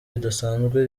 ridasanzwe